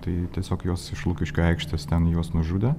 tai tiesiog juos iš lukiškių aikštės ten juos nužudė